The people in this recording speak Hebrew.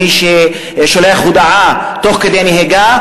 מי ששולח הודעה תוך כדי נהיגה,